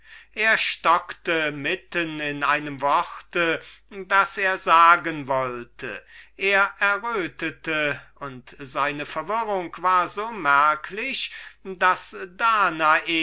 er stockte mitten in einem worte das er sagen wollte er errötete und seine verwirrung war so merklich daß danae